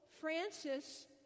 Francis